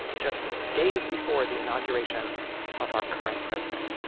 just days before the inauguration of our current president